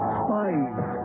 spies